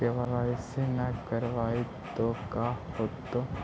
KYC न करवाई तो का हाओतै?